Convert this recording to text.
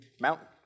mountain